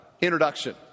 introduction